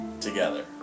together